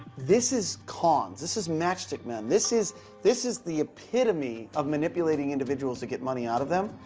this is cons. this is matchstick men. this is this is the epitome of manipulating individuals to get money out of them.